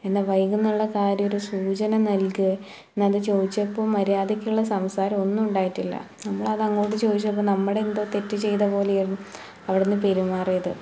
എന്നാ വൈകുന്നൊള്ളൊരു കാര്യം ഒരു സൂചന നൽകുകയോ എന്നാൽ അത് ചോദിച്ചപ്പം മര്യാദയ്ക്കുള്ള സംസാരോം ഒന്നും ഉണ്ടായിട്ടില്ല നമ്മളതങ്ങോട്ട് ചോദിച്ചപ്പോൾ നമ്മളെന്തോ തെറ്റ് ചെയ്ത പോലെയായിരുന്നു അവിടുന്ന് പെരുമാറിയത്